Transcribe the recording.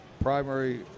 primary